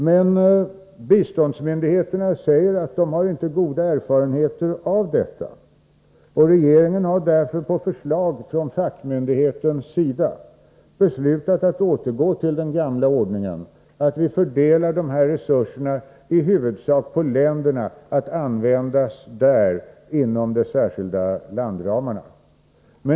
Men biståndsmyndigheterna säger att de inte har goda erfarenheter av detta, och regeringen har därför på förslag från fackmyndigheterna beslutat att återgå till den gamla ordningen och fördela dessa resurser i huvudsak på länderna att användas där inom de särskilda landramarna.